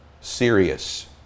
serious